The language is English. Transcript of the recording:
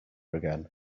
again